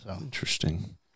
Interesting